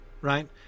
right